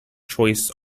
choice